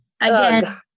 Again